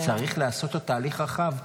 צריך לעשות תהליך חכם,